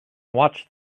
watch